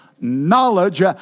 knowledge